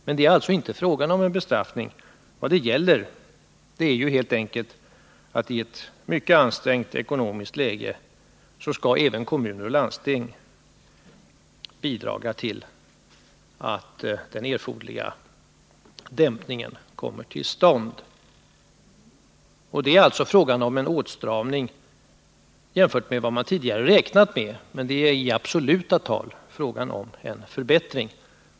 Men det är alltså inte fråga om någon bestraffning, utan vad det gäller är helt enkelt att i ett mycket ansträngt ekonomiskt läge även kommuner och landsting skall bidraga till att den erforderliga dämpningen kommer till stånd. Det är alltså fråga om en åtstramning jämfört med vad man tidigare räknade med, men det är i absoluta tal fråga om en förbättring.